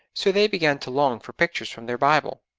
so they began to long for pictures from their bible.